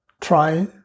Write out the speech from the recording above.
try